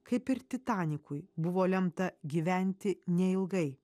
kaip ir titanikui buvo lemta gyventi neilgai